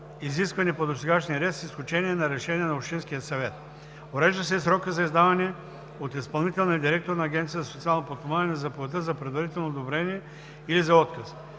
изисквани по досегашния ред, с изключение на решение на Общинския съвет. Урежда се и срокът за издаване от изпълнителния директор на Агенцията за социално подпомагане на заповедта за предварителното одобрение, или за отказ.